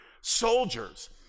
soldiers